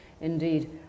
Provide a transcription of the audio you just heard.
Indeed